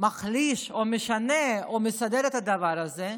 מחליש או משנה או מסדר את הדבר הזה,